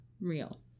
real